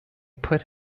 put